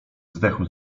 zdechł